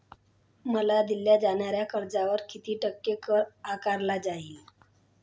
मला दिल्या जाणाऱ्या कर्जावर किती टक्के कर आकारला जाईल?